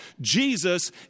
Jesus